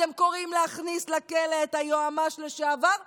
אתם קוראים להכניס את היועמ"ש לשעבר לכלא,